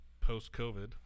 post-covid